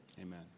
Amen